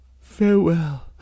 farewell